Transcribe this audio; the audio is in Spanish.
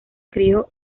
crio